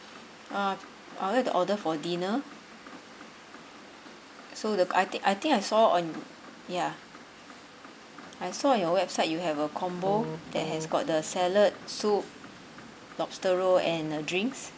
uh I would like to order for dinner so the I think I think I saw on ya I saw on your website you have a combo that has got the salad soup lobster roll and uh drinks